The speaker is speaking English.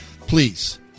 Please